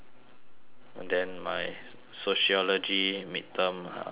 and then my sociology midterm uh I only